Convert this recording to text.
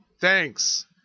Thanks